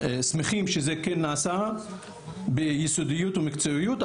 שמחים שזה כן נעשה ביסודיות ובמקצועיות,